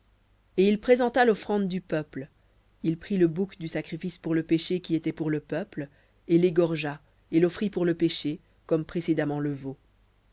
et il présenta l'offrande du peuple il prit le bouc du sacrifice pour le péché qui était pour le peuple et l'égorgea et l'offrit pour le péché comme précédemment